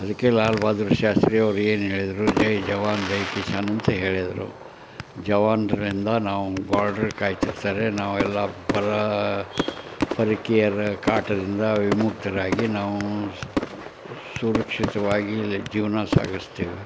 ಅದಕ್ಕೆ ಲಾಲ್ ಬಹದ್ದೂರ್ ಶಾಸ್ತ್ರಿಯವರು ಏನು ಹೇಳಿದರು ಜೈ ಜವಾನ್ ಜೈ ಕಿಸಾನ್ ಅಂತ ಹೇಳಿದರು ಜವಾನರಿಂದ ನಾವು ಬಾಡ್ರ್ ಕಾಯ್ತಿರ್ತಾರೆ ನಾವೆಲ್ಲ ಪರ ಪರಕೀಯರ ಕಾಟದಿಂದ ವಿಮುಕ್ತರಾಗಿ ನಾವು ಸುರಕ್ಷಿತವಾಗಿ ಇಲ್ಲಿ ಜೀವನ ಸಾಗಿಸ್ತೀವಿ